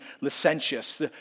licentious